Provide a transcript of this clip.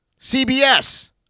CBS